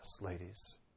ladies